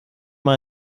mal